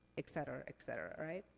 et cetera, et cetera, right?